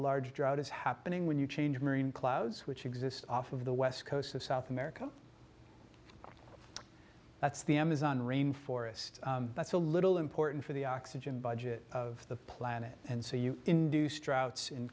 large drought is happening when you change marine clouds which exist off of the west coast of south america that's the amazon rain forest that's a little important for the oxygen budget of the planet and so you induced droughts in